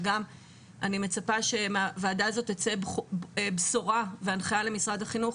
וגם אני מצפה שמהוועדה הזאת תצא בשורה והנחיה למשרד החינוך